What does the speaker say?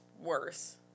worse